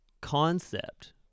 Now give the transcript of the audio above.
concept